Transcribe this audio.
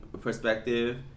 perspective